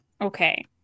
Okay